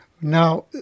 Now